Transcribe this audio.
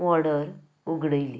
order उगडयली